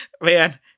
Man